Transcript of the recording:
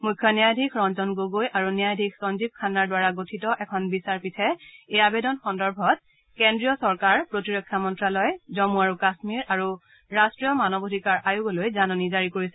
মখ্য ন্যায়াধীশ ৰঞ্জন গগৈ আৰু ন্যায়াধীশ সঞ্জীৱ খান্নাৰ দ্বাৰা গঠিত এখন বিচাৰপীঠে এই আবেদন সন্দৰ্ভত কেন্দ্ৰীয় চৰকাৰ প্ৰতিৰক্ষা মন্তালয় জন্মু আৰু কাম্মীৰ আৰু ৰাষ্ট্ৰীয় মানৱ অধিকাৰ আয়োগলৈ জাননী জাৰি কৰিছে